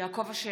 יעקב אשר,